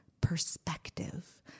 perspective